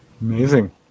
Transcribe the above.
Amazing